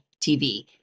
TV